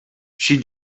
she